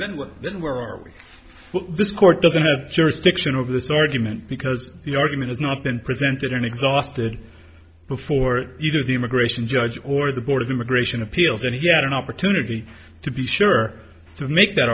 then we're then where are we the court doesn't have jurisdiction over this argument because the argument is not been presented in exhausted before either the immigration judge or the board of immigration appeals and get an opportunity to be sure to make that